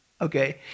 Okay